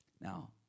Now